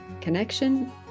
Connection